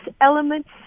elements